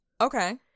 Okay